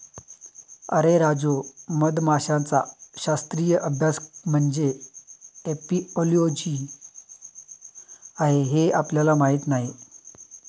अरे राजू, मधमाशांचा शास्त्रीय अभ्यास म्हणजे एपिओलॉजी आहे हे आपल्याला माहीत नाही